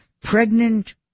Pregnant